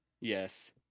Yes